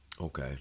okay